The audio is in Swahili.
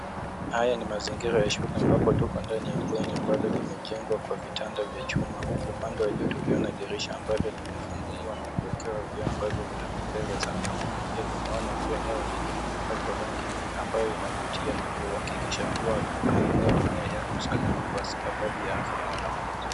Haya ni mazingira ya shule ambapo tuko ndani ya bweni ambalo limejengwa kwa vitanda vya chuma huku upande wa juu tukiona dirisha ambalo limefunguliwa na kuwekewa vioo ambavyo vinapendeza sana huku pia tunaona kuwa eneo hili limepakwa rangi ambayo inavutia na kuhakikisha kuwa maeneo haya yako salama kwa sababu ya afya ya wanafunzi.